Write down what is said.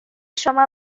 شما